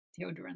deodorant